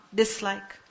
dislike